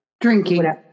Drinking